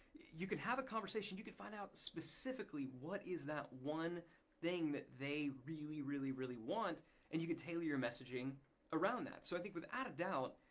you can have a conversation. you can find out specifically what is that one thing that they really, really, really want and you can tailor your messaging around that so i think without a doubt,